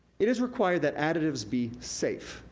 it is required that additives be safe,